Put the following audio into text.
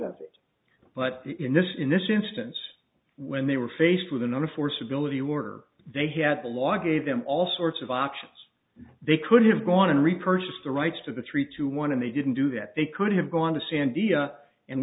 of it but in this in this instance when they were faced with another for stability order they had the law gave them all sorts of options they could have gone to repurchase the rights to the three to one and they didn't do that they could have gone to sandia and